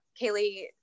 Kaylee